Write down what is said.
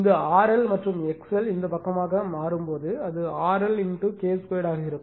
இந்த RL மற்றும் XL ஐ இந்த பக்கமாக மாற்றும்போது அது RL K 2 ஆக இருக்கும்